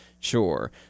Sure